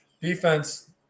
defense